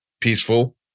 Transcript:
peaceful